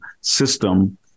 system